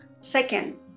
Second